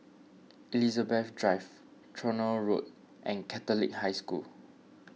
Elizabeth Drive Tronoh Road and Catholic High School